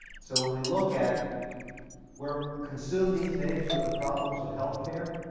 so when we look at we're consumed these days with the problems of healthcare,